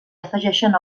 afegeixen